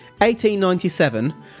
1897